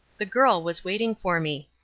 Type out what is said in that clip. the girl was waiting for me.